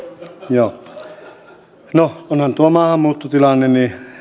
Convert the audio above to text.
joo no onhan tuo maahanmuuttotilanne